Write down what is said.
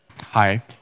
Hi